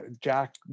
Jack